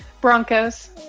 Broncos